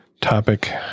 topic